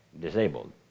disabled